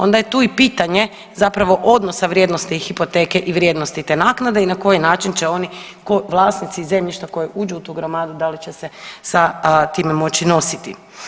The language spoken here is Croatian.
Onda je tu i pitanje zapravo odnosi vrijednosti hipoteke i vrijednosti te naknade i na koji način će oni, vlasnici zemljišta koji uđu u tu gromadu da li će se sa time moći nositi.